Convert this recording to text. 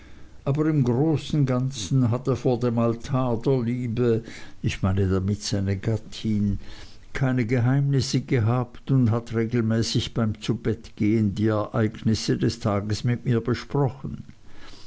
aber im großen ganzen hat er vor dem altar der liebe ich meine damit seine gattin keine geheimnisse gehabt und hat regelmäßig beim zubettgehen die ereignisse des tages mit mir besprochen